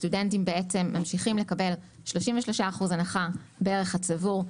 סטודנטים ממשיכים לקבל 33% הנחה בערך הצבור,